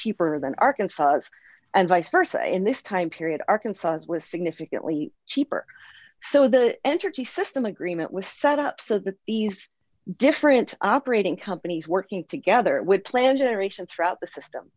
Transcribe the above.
cheaper than arkansas and vice versa in this time period arkansas was significantly cheaper so the energy system agreement was set up so that these different operating companies working together would plan generation throughout the system